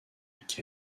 week